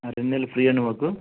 ఆ రెండు నెలలు ఫ్రీ అండి మాకు